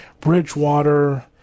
Bridgewater